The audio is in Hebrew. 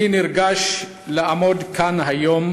אני נרגש לעמוד כאן היום